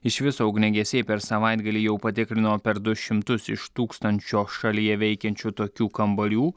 iš viso ugniagesiai per savaitgalį jau patikrino per du šimtus iš tūkstančio šalyje veikiančių tokių kambarių